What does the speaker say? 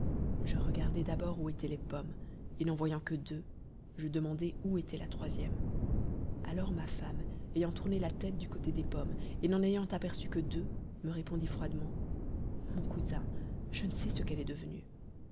je regardai d'abord où étaient les pommes et n'en voyant que deux je demandai où était la troisième alors ma femme ayant tourné la tête du côté des pommes et n'en ayant aperçu que deux me répondit froidement mon cousin je ne sais ce qu'elle est devenue